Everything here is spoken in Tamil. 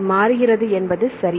அது மாறுகிறது என்பது சரி